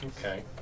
Okay